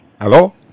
Hello